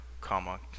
comma